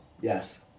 yes